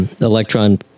electron